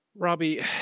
Robbie